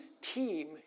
team